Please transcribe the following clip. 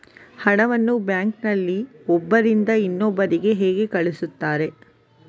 ಹಣವನ್ನು ಬ್ಯಾಂಕ್ ನಲ್ಲಿ ಒಬ್ಬರಿಂದ ಇನ್ನೊಬ್ಬರಿಗೆ ಹೇಗೆ ಕಳುಹಿಸುತ್ತಾರೆ?